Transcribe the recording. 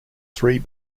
three